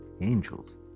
Angels